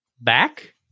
back